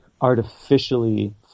artificially